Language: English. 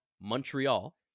Montreal